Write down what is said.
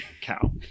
cow